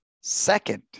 second